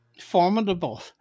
Formidable